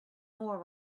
more